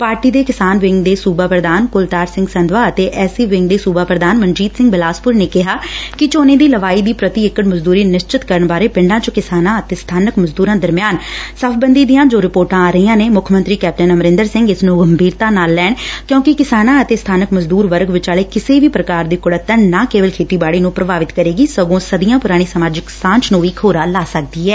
party ਦੇ ਕਿਸਾਨ wing ਦੇ ਸੁਬਾ ਪੁਧਾਨ ਕੁਲਤਾਰ ਸਿੰਘ ਸੰਧਵਾਂ ਅਤੇ ਐਸਸੀ ਵਿੰਗ ਦੇ ਸੁਬਾ ਪੁਧਾਨ ਮਨਜੀਤ ਸਿੰਘ ਬਿਲਾਸਪੁਰ ਨੇ ਕਿਹਾ ਕਿ ਝੋਨੇ ਦੀ ਲਵਾਈ ਦੀ ਪੂਤੀ ਏਕੜ ਮਜ਼ਦੁਰੀ ਨਿਸ਼ਚਿਤ ਕਰਨ ਬਾਰੇ ਪਿੰਡਾਂ ਚ ਕਿਸਾਨਾਂ ਅਤੇ ਸਬਾਨਕ ਮਜ਼ਦੂਰਾ ਦਰਮਿਆਨ ਸਫ਼ਬੰਦੀ ਦੀਆਂ ਜੋ ਰਿਪੋਰਟਾਂ ਆ ਰਹੀਆਂ ਨੈ ਮੁੱਖ ਮੰਤਰੀ ਕੈਪਟਨ ਅਮਰਿੰਦਰ ਸਿੰਘ ਇਸ ਨੈ ਗੰਭੀਰਤਾ ਨਾਲ ਲੈਣ ਕਿਉਂਕਿ ਕਿਸਾਨਾਂ ਅਤੇ ਸਬਾਨਕ ਮਜ਼ਦੁਰ ਵਰਗ ਵਿਚਾਲੇ ਕਿਸੇ ਵੀ ਪੁਕਾਰ ਦੀ ਕੁਤੱਤਣ ਨਾ ਕੇਵਲ ਖੇਤੀਬਾਤੀ ਨੰ ਪ੍ਰਭਾਵਿਤ ਕਰੇਗੀ ਸਗੋਂ ਸਦੀਆਂ ਪੁਰਾਣੀ ਸਮਾਜਿਕ ਸਾਂਝ ਨੂੰ ਵੀ ਖੋਰਾ ਲਾ ਸਕਦੀ ਐ